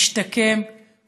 השתקם,